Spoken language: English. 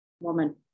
woman